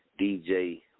DJ